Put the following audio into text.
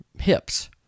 hips